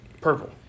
purple